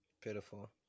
Pitiful